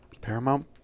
Paramount